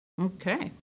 Okay